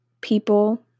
people